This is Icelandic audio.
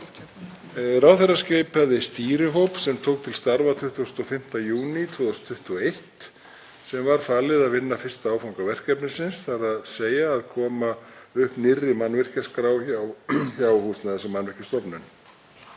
Ráðherra skipaði stýrihóp sem tók til starfa 25. júní 2021 sem var falið að vinna fyrsta áfanga verkefnisins, þ.e. að koma upp nýrri mannvirkjaskrá hjá Húsnæðis- og mannvirkjastofnun.